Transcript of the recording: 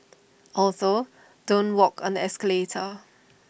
also don't walk on the escalator